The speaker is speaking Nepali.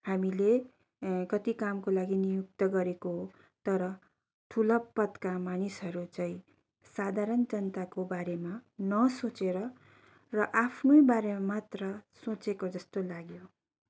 हामीले कति कामको लागि नियुक्त गरेको हो तर ठुला पदका मानिसहरू चाहिँ साधारण जनताकोबारेमा नसोचेर र आफ्नै बारेमा मात्र सोचेको जस्तो लाग्यो